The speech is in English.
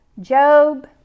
Job